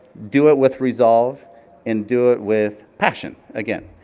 do it with resolve and do it with passion, again.